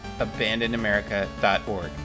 abandonedamerica.org